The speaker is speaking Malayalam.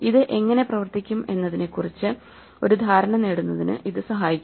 ഇത് എങ്ങനെ പ്രവർത്തിക്കും എന്നതിനെക്കുറിച്ച് ഒരു ധാരണ നേടുന്നതിന് ഇത് സഹായിക്കും